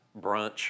brunch